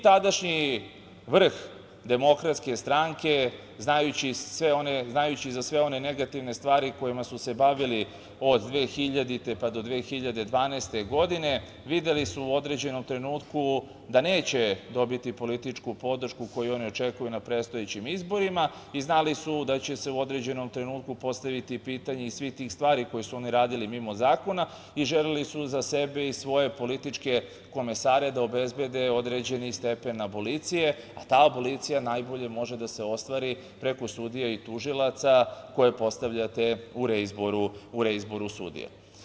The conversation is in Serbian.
Tadašnji vrh DS, znajući za sve one negativne stvari kojima su se bavili od 2000. do 2012. godine, videli su u određenom trenutku da neće dobiti političku podršku koju oni očekuju na predstojećim izborima i znali su da će se u određenom trenutku postaviti pitanje i svih tih stvari koje su oni radili mimo zakona i želeli su za sebe i svoje političke komesare da obezbede određeni stepen abolicije, a ta abolicija najbolje može da se ostvari preko sudija i tužilaca, koje postavljate u reizboru sudija.